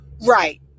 Right